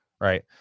Right